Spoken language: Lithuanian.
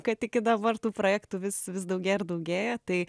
kad iki dabar tų projektų vis vis daugėja ir daugėja tai